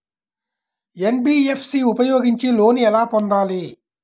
NBFC ఉపయోగించి loan ఎలా పొందాలి?